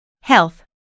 Health